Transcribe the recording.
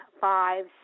Five